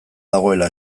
dagoela